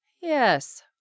Yes